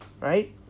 right